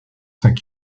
cinq